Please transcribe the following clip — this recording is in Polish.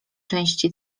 części